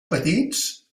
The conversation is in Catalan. petits